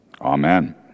Amen